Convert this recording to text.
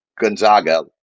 Gonzaga